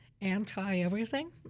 anti-everything